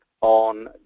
on